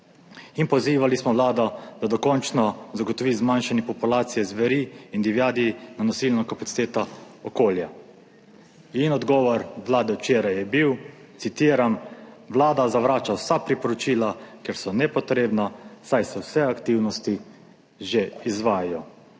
In pozivali smo Vlado, da dokončno zagotovi zmanjšanje populacije zveri in divjadi na nosilno kapaciteto okolja. In odgovor Vlade včeraj je bil, citiram: »Vlada zavrača vsa priporočila, ker so nepotrebna, saj se vse aktivnosti že izvajajo.«